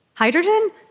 Hydrogen